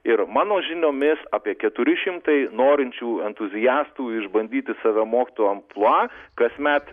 ir mano žiniomis apie keturi šimtai norinčių entuziastų išbandyti save mokytojo amplua kasmet